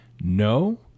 no